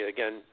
Again